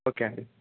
okay అండి